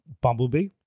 Bumblebee